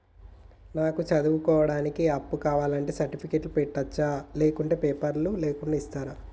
నాకు చదువుకోవడానికి అప్పు కావాలంటే సర్టిఫికెట్లు పెట్టొచ్చా లేకుంటే పేపర్లు లేకుండా ఇస్తరా?